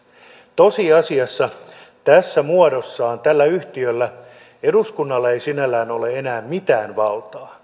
tosiasiassa tässä muodossaan tällä yhtiöllä eduskunnalla ei sinällään ole enää mitään valtaa